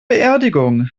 beerdigung